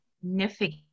significant